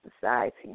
society